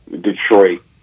Detroit